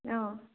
অঁ